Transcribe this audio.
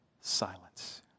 silence